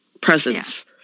presence